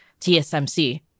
TSMC